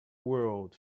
world